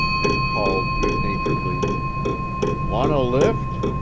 and called good-naturedly want a lift?